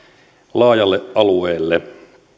laajalle alueelle